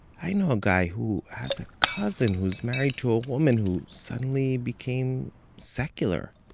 i know a guy who has a cousin who's married to a woman who suddenly became secular.